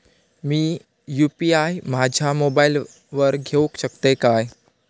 मी UPI माझ्या मोबाईलावर घेवक शकतय काय?